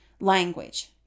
language